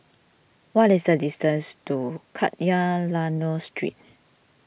what is the distance to Kadayanallur Street